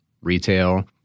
retail